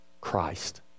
Christ